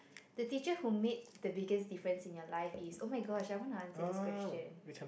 the teacher who made the biggest difference in your life is oh-my-gosh I wanna answer this question